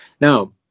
Now